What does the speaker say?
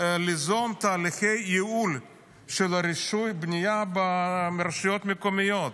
ליזום תהליכי ייעול של רישוי הבנייה ברשויות מקומיות,